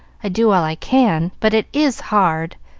i do all i can, but it is hard,